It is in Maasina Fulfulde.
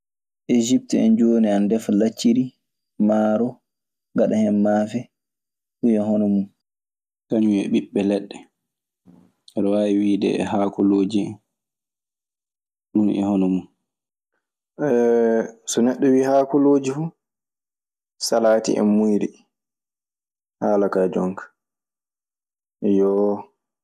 Esipt en jooni ana ndefa lacciri, maaro, ngaɗa hen maafe. Ɗun e hono mun. Kañun e ɓiɓɓe leɗɗe, aɗe waawi wiide e haakolooji en. Ɗun e hono mun. so neɗɗo wii haakolooji fu, salaati en muyri haala ka jonka, ayyo.